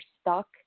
stuck